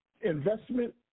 investment